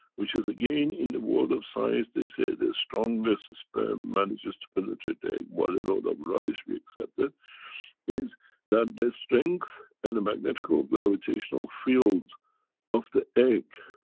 which is again in the world of science they say. the strongest sperm manages to penetrate the egg what a load of rubbish we accepted is that the strength and the magnetical gravitational fields of the egg.